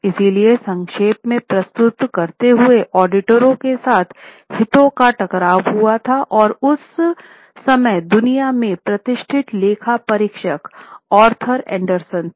इसलिए संक्षेप में प्रस्तुत करते हुए ऑडिटरों के साथ हितों का टकराव हुआ था और उस समय दुनिया में प्रतिष्ठित लेखा परीक्षक आर्थर एंडरसन थे